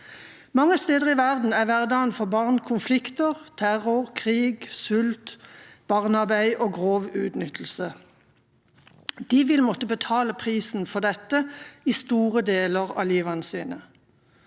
Mange steder i verden er hverdagen for barn konflikter, terror, krig, sult, barnearbeid og grov utnyttelse. De vil måtte betale prisen for dette i store deler av sitt liv.